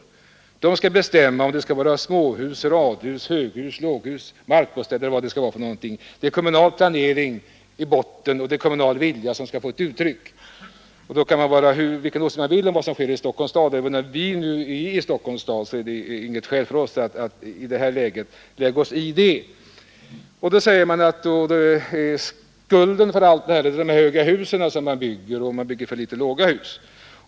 Kommunerna skall bestämma om det skall vara småhus, radhus, höghus, låghus, om det skall vara markbostäder eller vad det skall vara. Det skall vara kommunal planering i botten, och den kommunala viljan skall komma till uttryck. Man kan ha vilken åsikt man vill om vad som sker i Stockholms stad, men det förhållandet att riksdagen finns i Stockholms stad är inte något skäl för oss att lägga oss i det. Man talar om vems skulden är för att det byggs för många höga hus och för få låga hus.